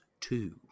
two